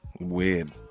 Weird